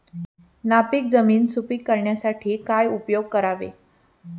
नापीक जमीन सुपीक करण्यासाठी काय उपयोग करावे?